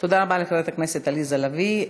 תודה רבה לחברת הכנסת עליזה לביא.